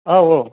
औ औ